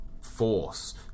force